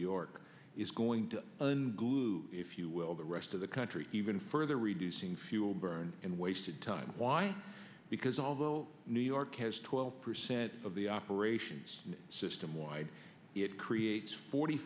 york is going to glue if you will the rest of the country even further reducing fuel burn in wasted time why because although new york has twelve percent of the operations system wide it creates forty